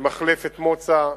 למחלף מוצא,